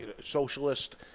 Socialist